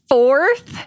Fourth